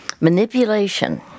manipulation